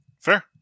Fair